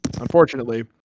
unfortunately